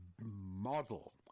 model